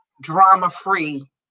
drama-free